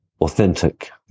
Authentic